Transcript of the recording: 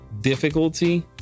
difficulty